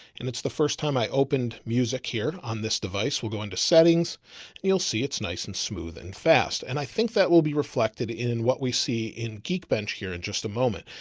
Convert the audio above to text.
and it's the first time i opened music here on this device. we'll go into settings and you'll see it's nice and smooth and fast. and i think that will be reflected in what we see in geek bench here in just a moment,